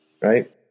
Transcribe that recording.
right